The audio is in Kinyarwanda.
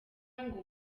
ngo